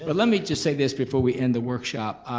but let me just say this before we end the workshop.